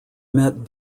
met